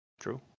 True